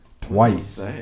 Twice